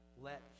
Let